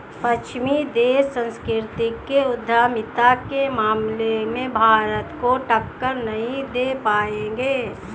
पश्चिमी देश सांस्कृतिक उद्यमिता के मामले में भारत को टक्कर नहीं दे पाएंगे